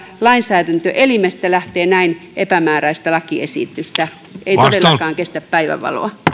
lainsäädäntöelimestä lähtee näin epämääräistä lakiesitystä ei todellakaan kestä päivänvaloa